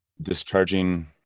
Discharging